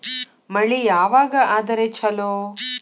ಮಳಿ ಯಾವಾಗ ಆದರೆ ಛಲೋ?